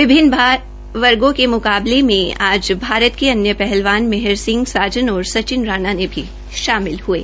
विभिन्न भार वर्गो के मूकाबले में आज भारत के अन्य पहलवान मेहर सिंह साजन और सचिन राणा भी शामिल थे